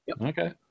Okay